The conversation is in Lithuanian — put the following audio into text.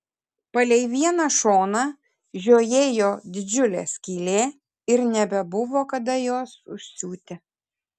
palei vieną šoną žiojėjo didžiulė skylė ir nebebuvo kada jos užsiūti